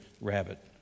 rabbit